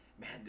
man